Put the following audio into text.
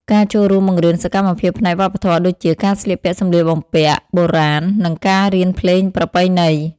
ការចូលរួមបង្រៀនសកម្មភាពផ្នែកវប្បធម៌ដូចជា ការស្លៀកពាក់សម្លៀកបំពាក់បុរាណ និងការរៀនភ្លេងប្រពៃណី។